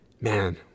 man